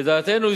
לדעתנו,